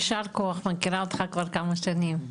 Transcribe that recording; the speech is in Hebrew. יישר כוח, מכירה אותך כבר כמה שנים.